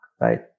right